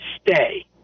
stay